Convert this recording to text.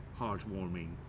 heartwarming